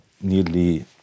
nearly